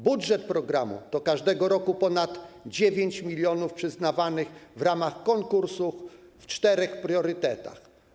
Budżet programu to każdego roku ponad 9 mln zł przyznawanych w ramach konkursów w czterech priorytetach.